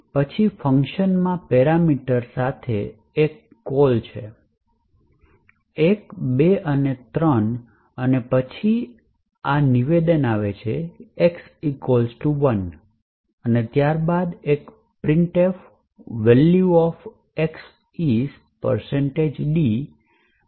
પછી ફંકશનમાંપેરામીટરો સાથે એક કોલ છે 1 2 અને 3 અને પછી સાથે નિવેદન આવે છે x 1 અને પછી એક printf"Value of X is dn"x